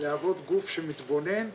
להוות גוף שמתבונן,